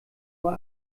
uhr